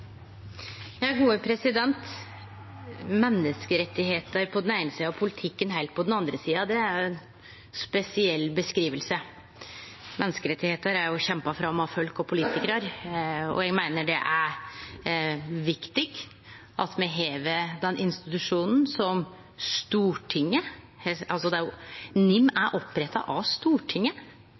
på den eine sida og politikken heilt på den andre sida – det er ei spesiell beskriving. Menneskerettar er kjempa fram av folk og politikarar, og eg meiner det er viktig at me har NIM, ein institusjon som er oppretta av Stortinget. Når ein høyrer innlegget frå Tetzschner eller frå Per-Willy Amundsen, kan ein få inntrykk av